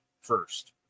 first